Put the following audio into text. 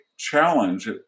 challenge